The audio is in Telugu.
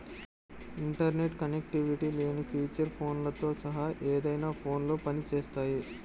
ఇంటర్నెట్ కనెక్టివిటీ లేని ఫీచర్ ఫోన్లతో సహా ఏదైనా ఫోన్లో పని చేస్తాయి